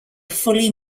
fully